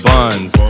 Buns